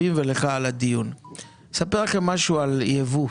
אני אספר לכם משהו על ייבוא.